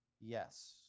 Yes